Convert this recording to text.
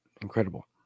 incredible